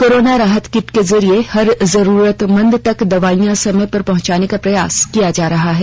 corona राहत kit के जरिए हर जरूरतमंद तक दवाइयाँ समय पर पहँचाने का प्रयास किया जा रहा है